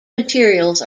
materials